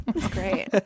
Great